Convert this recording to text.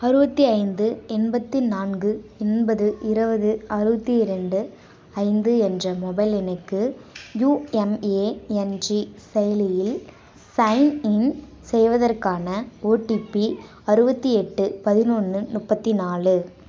அறுபத்தி ஐந்து எண்பத்தி நான்கு எண்பது இருபது அறுபத்தி இரண்டு ஐந்து என்ற மொபைல் எண்ணுக்கு யுஎம்ஏஎன்ஜி செயலியில் சைன்இன் செய்வதற்கான ஓடிபி அறுபத்தி எட்டு பதினொன்று முப்பத்தி நாலு